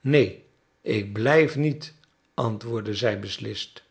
neen ik blijf niet antwoordde zij beslist